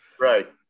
right